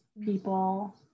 people